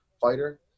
fighter